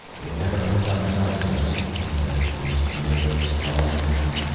it never comes outside, sir he said, in his funny, old, solemn manner.